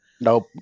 Nope